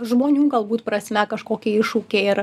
žmonių galbūt prasme kažkokie iššūkiai ir